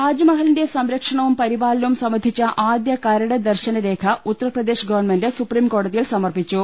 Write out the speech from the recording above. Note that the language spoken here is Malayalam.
താജ്മഹലിന്റെ സംരക്ഷണവും പരിപാലനവും സംബന്ധിച്ച ആദ്യ കരട് ദർശനരേഖ ഉത്തർപ്രദേശ് ഗവൺമെന്റ് സുപ്രീംകോടതിയിൽ സമർപ്പിച്ചു